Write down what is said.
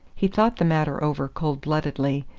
he thought the matter over cold-bloodedly,